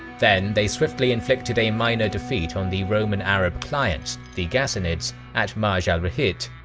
then, they swiftly inflicted a minor defeat on the roman arab clients the ghassanids at marj al-rahit,